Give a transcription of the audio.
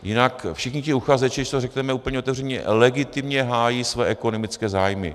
Jinak všichni ti uchazeči, což řekneme úplně otevřeně, legitimně hájí své ekonomické zájmy.